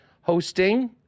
hosting